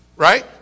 Right